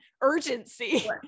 urgency